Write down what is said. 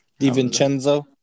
Divincenzo